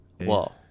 Whoa